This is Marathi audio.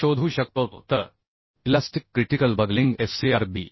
शोधू शकतो तर इलास्टिक क्रिटिकल बकलिंग FcRb